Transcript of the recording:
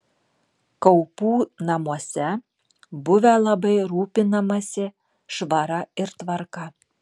kaupų namuose buvę labai rūpinamasi švara ir tvarka